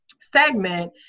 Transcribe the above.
segment